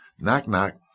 Knock-knock